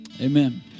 Amen